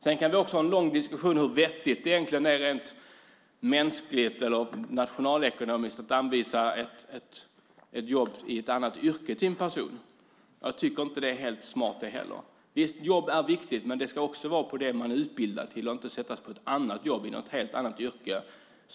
Vi kan också ha en lång diskussion om hur vettigt det är rent mänskligt eller nationalekonomiskt att anvisa ett jobb i ett annat yrke till personen. Jag tycker inte att det är helt smart, det heller. Ett jobb är viktigt, men det ska vara ett sådant som man är utbildad till. Man ska inte sättas på ett annat jobb i ett helt annat yrke.